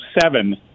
seven